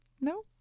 No